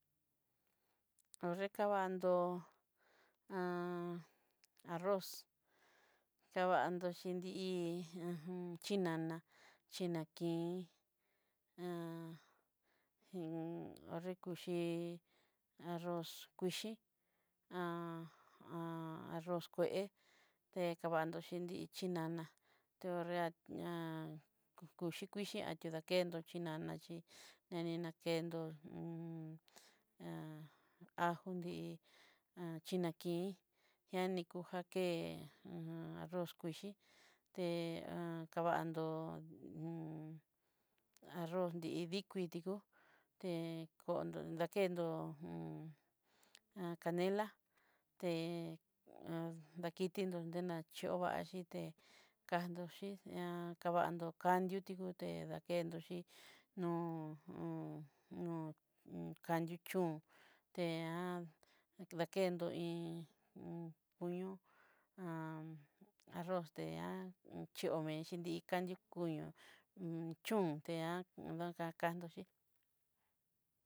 Ho'nré kavandó'o arroz kavandó chin dihí, uj chinaná chinakí, xí ho'nré kuxhíi, arroz kuxhíi arroz kué'e te kuandó xhini xhinana te ho'nréa uxhi kuchí a todakendó xhinana chí nani nakendó ajó nrí inaki yanekujaké arroz kuxhíi té vandó aroz nidikuitikó te kondó nakennró canela te dakitinro ne dachová xhité kandó xhi té kavadó kandiotió té dakendó chí no- no- no kandio chón te kendó iin iin puño arroz té ióme xini'ikanrío kuño chón te'á dokakandó xhii.